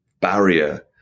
barrier